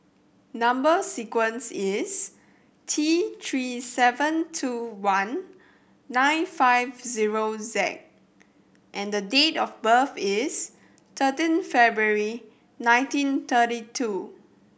number sequence is T Three seven two one nine five zero Z and date of birth is thirteen February nineteen thirty two